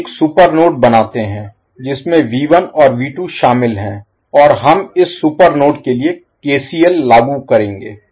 हम एक super node बनाते हैं जिसमें और शामिल हैं और हम इस सुपर नोड के लिए केसील लागू करेंगे